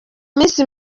minsi